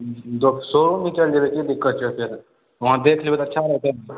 शोरूममे चलि जेबै की दिक्कत छै फेर वहाँ देख लेबै तऽ अच्छा रहतै